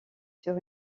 sur